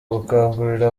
gukangurira